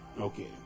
Okay